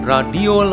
Radio